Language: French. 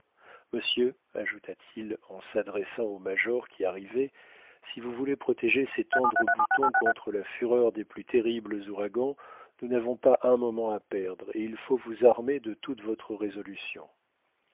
monsieur ajouta-t-il en s'adressant au major qui arrivait si vous voulez protéger ces tendres boutons contre la fureur des plus terribles ouragans nous n'avons pas un moment à perdre et il faut vous armer de toute votre résolution